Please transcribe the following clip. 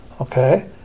Okay